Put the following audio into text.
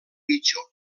bitxo